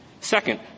Second